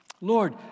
Lord